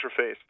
interface